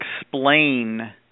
explain –